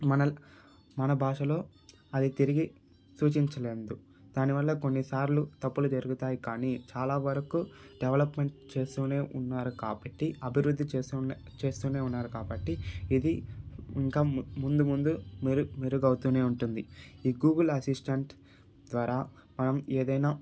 మన మన భాషలో అది తిరిగి సూచించలేదు దానివల్ల కొన్ని సార్లు తప్పులు జరుగుతాయి కానీ చాలా వరకూ డెవెలప్మెంట్ చేస్తు ఉన్నారు కాబట్టి అభివృద్ధి చేసు చేస్తు ఉన్నారు కాబట్టి ఇది ఇంకా మున్ ముందు ముందు మెర్ మెరుగవుతు ఉంటుంది ఈ గూగుల్ అసిస్టెంట్ ద్వారా మనం ఏదైనా